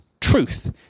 truth